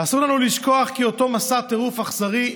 אסור לנו לשכוח כי אותו מסע טירוף אכזרי,